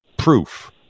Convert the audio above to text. proof